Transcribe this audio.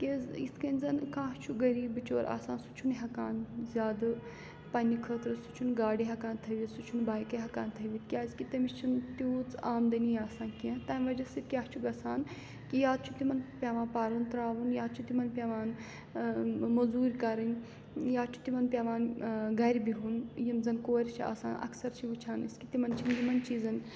کہِ یِتھ کٔنۍ زَن کانٛہہ چھُ غریٖب بچور آسان سُہ چھُنہٕ ہٮ۪کان زیادٕ پنٛنہِ خٲطرٕ سُہ چھُنہٕ گاڑِ ہٮ۪کان تھٲوِتھ سُہ چھُنہٕ بایکہِ ہٮ۪کان تھٲوِتھ کیٛازِکہِ تٔمِس چھِنہٕ تیوٗژ آمدٔنی آسان کیٚنٛہہ تَمہِ وَجہ سۭتۍ کیٛاہ چھُ گژھان کہِ یا تہِ چھُ تِمَن پٮ۪وان پَرُن ترٛاوُن یا چھُ تِمن پٮ۪وان مٔزوٗرۍ کَرٕنۍ یا چھُ تِمن پٮ۪وان گَرِ بِہُن یِم زَن کورِ چھِ آسان اَکثر چھِ وٕچھان أسۍ کہِ تِمَن چھِنہٕ یِمَن چیٖزَن